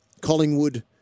Collingwood